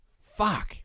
Fuck